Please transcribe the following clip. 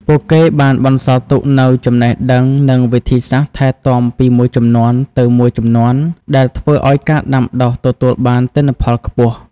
ពួកគេបានបន្សល់ទុកនូវចំណេះដឹង និងវិធីសាស្ត្រថែទាំពីមួយជំនាន់ទៅមួយជំនាន់ ដែលធ្វើឲ្យការដាំដុះទទួលបានទិន្នផលខ្ពស់។